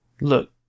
Look